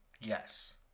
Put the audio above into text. Yes